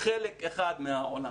חלק אחד מהעולם